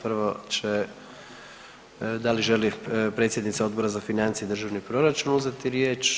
Prvo će, da li želi predsjednica Odbora za financije i državni proračun uzeti riječ?